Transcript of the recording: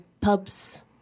pubs